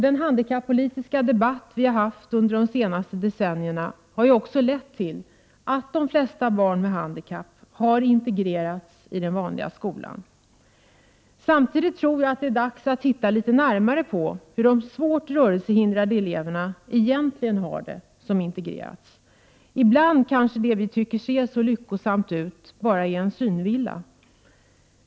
Den handikappolitiska debatt vi haft under de senaste decennierna har ju också lett till att de flesta barn med handikapp har integrerats i den vanliga skolan. Samtidigt tror jag att det är dags att titta litet närmare på hur de svårt rörelsehindrade elever som integrerats egentligen har det. Ibland kanske det som vi tycker ser så lyckosamt ut bara är en synvilla.